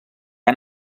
han